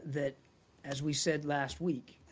that as we said last week,